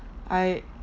I